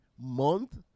month